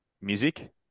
Music